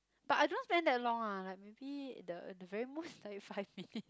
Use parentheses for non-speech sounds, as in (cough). but I don't want spend that long ah like maybe the the very most is like five minute (laughs)